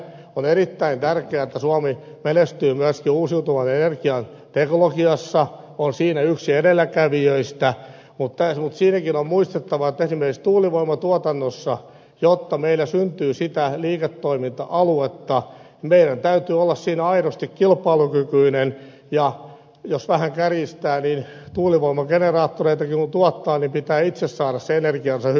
on erittäin tärkeää että suomi menestyy myöskin uusiutuvan energian teknologiassa on siinä yksi edelläkävijöistä mutta siinäkin on muistettava että esimerkiksi tuulivoiman tuotannossa jotta meillä syntyy sitä liiketoiminta aluetta meidän täytyy olla aidosti kilpailukykyinen ja jos vähän kärjistää niin tuulivoimageneraattoreita kun tuottaa niin pitää itse saada se energia hyvin edullisesti